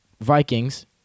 Vikings